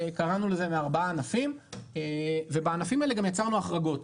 קראנו לזה מארבעה ענפים ובענפים האלה גם יצרנו החרגות.